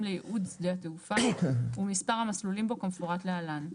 לייעוד שדה התעופה ומספר המסלולים בו כמפורט להלן: